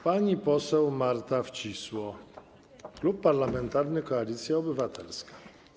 Pani poseł Marta Wcisło, Klub Parlamentarny Koalicja Obywatelska.